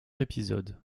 épisode